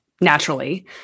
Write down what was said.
naturally